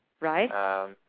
Right